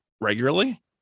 regularly